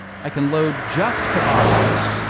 i can load just kebab case.